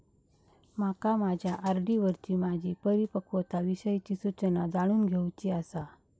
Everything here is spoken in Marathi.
माका माझ्या आर.डी वरची माझी परिपक्वता विषयची सूचना जाणून घेवुची आसा